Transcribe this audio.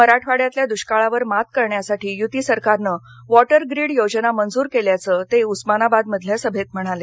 मराठवाड्यातल्या दृष्काळावर मात करण्यासाठी यूती सरकारनं वॉटखीड योजना मंजूर केल्याच ते उस्मानाबादमधल्या सभेत म्हणाले